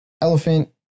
elephant